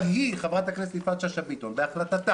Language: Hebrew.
אבל חברת הכנסת יפעת שאשא ביטון בהחלטתה